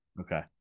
Okay